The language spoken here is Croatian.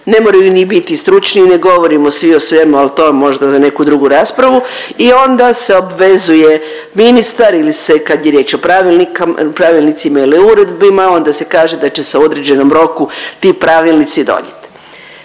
ne moraju ni biti stručni, ne govorimo svi o svemu ali to možda za neku drugu raspravu. I onda se obvezuje ministar ili se kad je riječ o pravilnicima ili uredbama, onda se kaže da će se u određenom roku ti pravilnici donijeti.